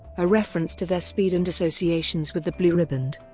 a reference to their speed and associations with the blue riband.